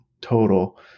total